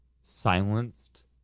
silenced